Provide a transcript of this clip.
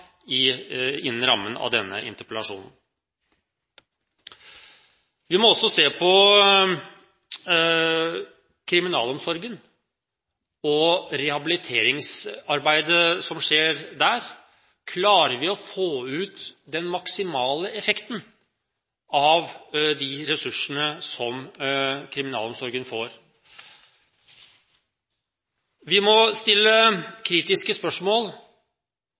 innen rammen av denne interpellasjonen. Vi må også se på kriminalomsorgen og rehabiliteringsarbeidet som skjer der. Klarer vi å få ut den maksimale effekten av de ressursene kriminalomsorgen får? Vi må stille kritiske spørsmål,